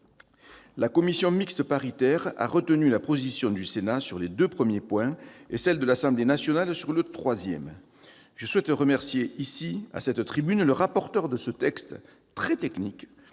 La commission mixte paritaire a retenu la position du Sénat sur les deux premiers points et celle de l'Assemblée nationale sur le troisième. Je souhaite remercier ici, à cette tribune, le rapporteur de ce texte, très technique